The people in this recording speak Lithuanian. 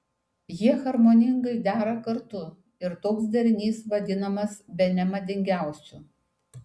jie harmoningai dera kartu ir toks derinys vadinamas bene madingiausiu